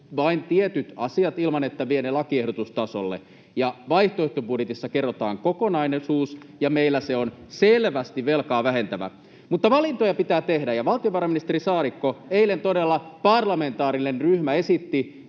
vain tietyt asiat ilman, että vie ne lakiehdotustasolle, ja vaihtoehtobudjetissa kerrotaan kokonaisuus, ja meillä se on selvästi velkaa vähentävä. Mutta valintoja pitää tehdä, ja valtiovarainministeri Saarikko: Eilen todella parlamentaarinen ryhmä esitti